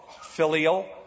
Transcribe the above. filial